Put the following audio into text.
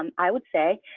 um i would say